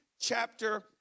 chapter